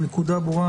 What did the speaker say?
הנקודה ברורה.